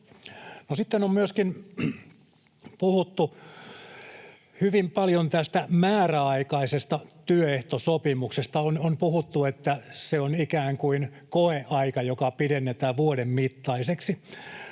sitten on myöskin puhuttu hyvin paljon tästä määräaikaisesta työehtosopimuksesta. On puhuttu, että se on ikään kuin koeaika, joka pidennetään vuoden mittaiseksi.